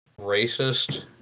racist